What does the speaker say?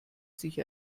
sich